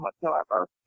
whatsoever